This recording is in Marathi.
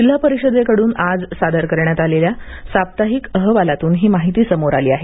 जिल्हा परिषदेकडून आज सादर करण्यात आलेल्या साप्ताहिक अहवालातून ही माहिती समोर आली आहे